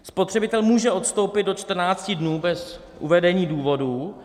Spotřebitel může odstoupit do 14 dní bez uvedení důvodu.